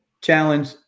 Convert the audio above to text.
challenge